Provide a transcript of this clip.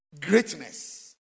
greatness